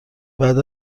بعد